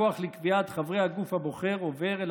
הכוח לקביעת חברי הגוף הבוחר עובר אל